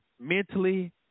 mentally